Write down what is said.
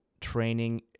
training